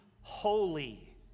holy